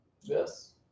Yes